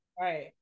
right